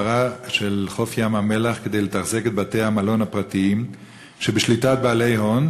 חוף ים-המלח כדי לתחזק את בתי-המלון הפרטיים שבשליטת בעלי הון,